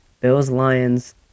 Bills-Lions